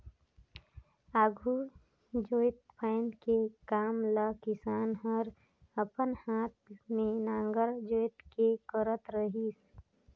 आघु जोते फादे कर काम ल किसान हर अपन हाथे मे नांगर जोएत के करत रहिस